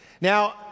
Now